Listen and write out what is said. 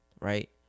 right